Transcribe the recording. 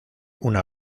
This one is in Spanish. una